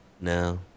No